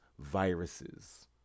viruses